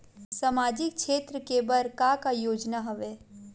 सामाजिक क्षेत्र के बर का का योजना हवय?